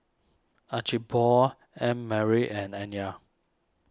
Archibald Annmarie and Anya